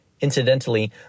Incidentally